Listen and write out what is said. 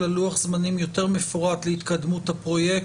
אלא לוח זמנים יותר מפורט להתקדמות הפרויקט,